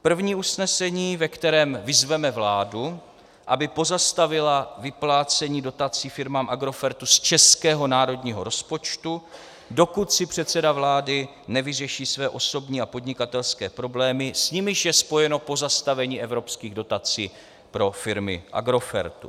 První usnesení, ve kterém vyzveme vládu, aby pozastavila vyplácení dotací firmám Agrofertu z českého národního rozpočtu, dokud si předseda vlády nevyřeší své osobní a podnikatelské problémy, s nimiž je spojeno pozastavení evropských dotací pro firmy Agrofertu.